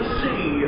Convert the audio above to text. see